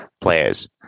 players